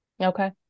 Okay